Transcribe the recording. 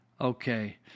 Okay